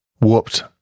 whooped